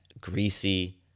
greasy